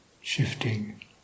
shifting